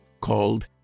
called